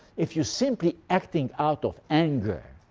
if you're simply acting out of anger,